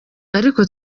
ariko